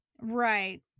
Right